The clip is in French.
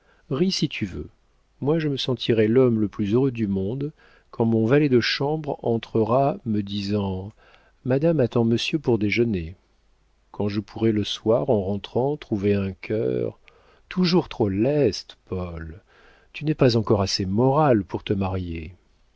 si tu veux moi je me sentirai l'homme le plus heureux du monde quand mon valet de chambre entrera me disant madame attend monsieur pour déjeuner quand je pourrai le soir en rentrant trouver un cœur toujours trop leste paul tu n'es pas encore assez moral pour te marier